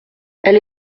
elle